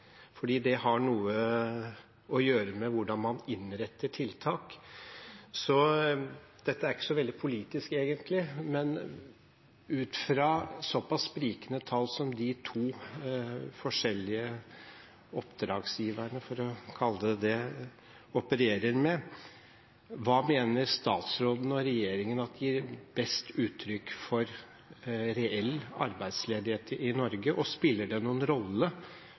fordi det har noe å gjøre med hvordan man innretter tiltak. Dette er ikke så veldig politisk egentlig, men ut fra såpass sprikende tall som de to forskjellige oppdragsgiverne – for å kalle det det – opererer med: Hva mener statsråden og regjeringen gir best uttrykk for reell arbeidsledighet i Norge, og spiller det noen rolle